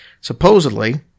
Supposedly